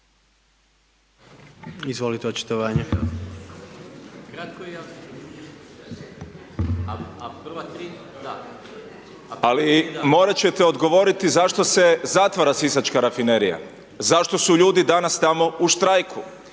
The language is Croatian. Davor (SDP)** Ali morat ćete odgovoriti zašto se zatvara sisačka rafinerija? Zašto su ljudi danas tamo u štrajku?